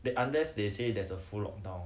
they unless they say there's a full lockdown